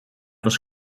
was